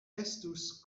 estus